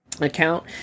account